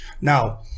Now